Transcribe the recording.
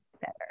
better